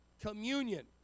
communion